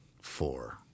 Four